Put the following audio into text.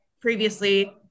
previously